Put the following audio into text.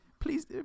please